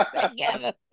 together